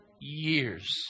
years